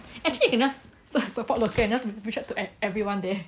actually you can just support local and just reach out to everyone there